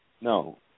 No